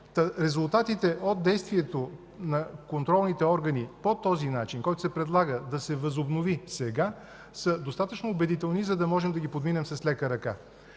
резултатите от действието на контролните органи по този начин, който се предлага да се възобнови сега, са достатъчно убедителни, за да можем да ги подминем с лека ръка.